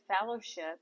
fellowship